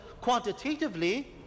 quantitatively